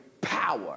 power